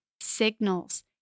signals